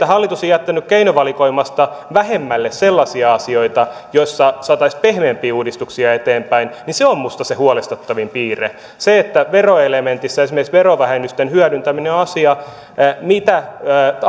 hallitus on jättänyt keinovalikoimasta vähemmälle sellaisia asioita joissa saataisiin pehmeämpiä uudistuksia eteenpäin niin se on minusta se huolestuttavin piirre veroelementissä esimerkiksi verovähennysten hyödyntäminen on asia mitä